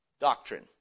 Doctrine